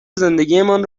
زندگیمان